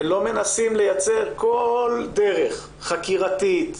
ולא מנסים לייצר כל דרך חקירתית,